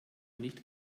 nicht